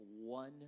one